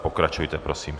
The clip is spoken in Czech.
Pokračujte prosím.